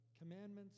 commandments